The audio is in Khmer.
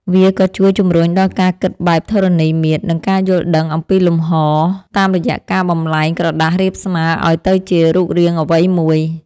វាក៏ជួយជម្រុញដល់ការគិតបែបធរណីមាត្រ និងការយល់ដឹងអំពីលំហ តាមរយៈការបំប្លែងក្រដាសរាបស្មើឱ្យទៅជារូបរាងអ្វីមួយ។